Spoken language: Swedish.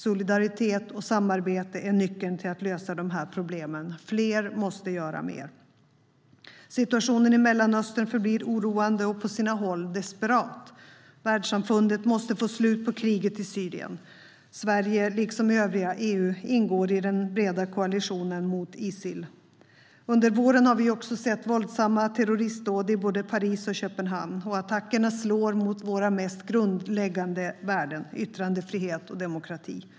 Solidaritet och samarbete är nyckeln till att lösa problemen. Fler måste göra mer. Situationen i Mellanöstern förblir oroande och på sina håll desperat. Världssamfundet måste få slut på kriget i Syrien. Sverige liksom övriga EU ingår i den breda koalitionen mot Isil. Under våren har vi också sett våldsamma terroristdåd i både Paris och Köpenhamn. Attackerna slår mot våra mest grundläggande värden - yttrandefrihet och demokrati.